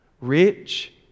Rich